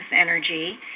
energy